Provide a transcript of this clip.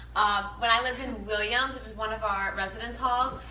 when i lived in williams, which is one of our residence halls,